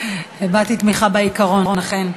הבעתי תמיכה בָעיקרון, אכן.